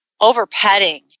over-petting